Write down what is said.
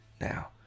Now